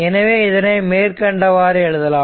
எனவே இதனை மேற்கண்டவாறு எழுதலாம்